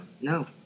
No